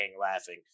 laughing